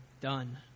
done